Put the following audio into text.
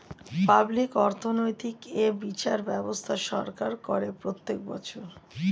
public অর্থনৈতিক এ বিচার ব্যবস্থা সরকার করে প্রত্যেক বছর